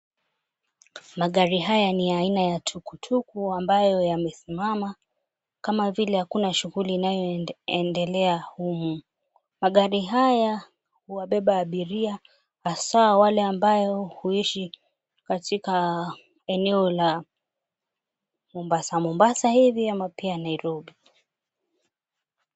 Magari haya ni aina ya tuktuk ambayo yamesimama kama vile hakuna shughuli inayoendelea humu, magari haya huwabeba abiria hasaa wale ambao huishi katika eneo la Mombasa Mombasa hivi ama pia Nairobi.